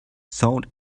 sold